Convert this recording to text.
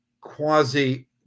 quasi